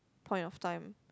point of time